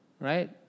Right